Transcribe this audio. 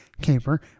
Caper